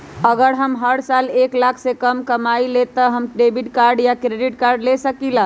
अगर हम हर साल एक लाख से कम कमावईले त का हम डेबिट कार्ड या क्रेडिट कार्ड ले सकीला?